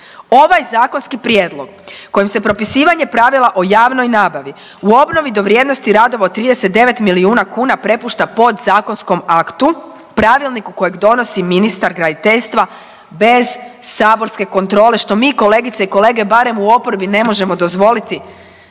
Ovaj zakonski prijedlog kojim se propisivanje pravila o javnoj nabavi u obnovi do vrijednosti radova od 39 milijuna kuna prepušta podzakonskom aktu, pravilniku kojeg donosi ministar graditeljstva bez saborske kontrole, što mi kolegice i kolege barem u oporbi ne možemo dozvoliti,